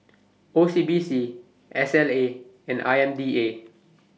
O C B C S L A and I M D A